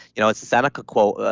you know it's a seneca quote,